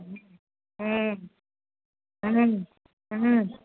ह्म्म ह्म्म ह्म्म ह्म्म